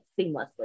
seamlessly